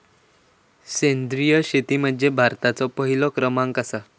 सेंद्रिय शेतीमध्ये भारताचो पहिलो क्रमांक आसा